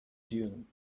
dune